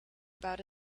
about